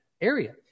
area